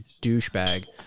douchebag